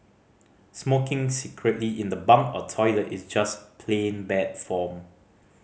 smoking secretly in the bunk or toilet is just plain bad form